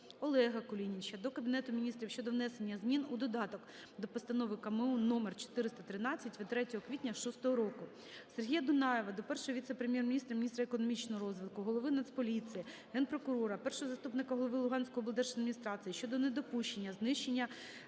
Олега Кулініча до Кабінету Міністрів щодо внесення змін у додаток до постанови КМУ №413 від 03 квітня 6-го року. Сергія Дунаєва до Першого віце-прем'єр-міністра - міністра економічного розвитку, Голови Нацполіції, Генпрокурора, першого заступника голови Луганської облдержадміністрації щодо недопущення знищення